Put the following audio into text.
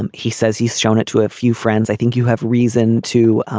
um he says he's shown it to a few friends. i think you have reason to